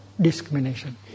discrimination